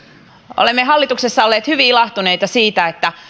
olemme hallituksessa olleet hyvin ilahtuneita siitä että